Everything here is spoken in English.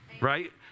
right